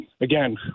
again